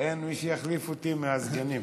אין מי שיחליף אותי מהסגנים.